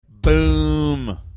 Boom